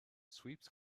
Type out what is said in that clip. sweeps